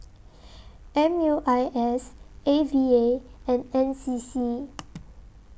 M U I S A V A and N C C